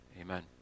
Amen